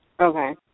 Okay